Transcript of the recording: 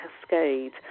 cascade